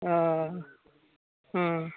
ओ हँ